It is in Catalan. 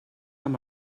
amb